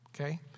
Okay